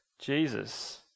Jesus